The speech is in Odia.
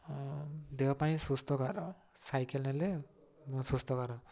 ଦେହ ପାଇଁ ସୁସ୍ଥକର ସାଇକେଲ୍ ହେଲେ ସୁସ୍ଥକର